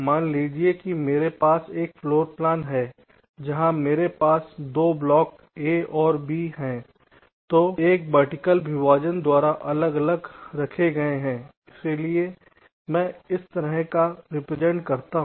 मान लीजिए कि मेरे पास एक फ़्लोरप्लान है जहां मेरे पास 2 ब्लॉक A और B हैं जो एक वर्टिकल विभाजन द्वारा अलग अलग रखे गए हैं इसलिए मैं इस प्रकार का रिप्रजेंट करता हूं